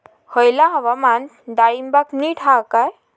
हयला हवामान डाळींबाक नीट हा काय?